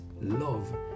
love